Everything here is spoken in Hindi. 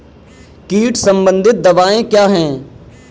कीट संबंधित दवाएँ क्या हैं?